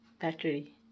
battery